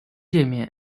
介面